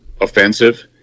offensive